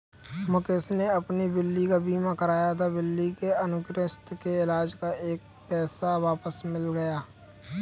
मुकेश ने अपनी बिल्ली का बीमा कराया था, बिल्ली के अन्थ्रेक्स के इलाज़ का एक एक पैसा वापस मिल गया